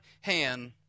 hand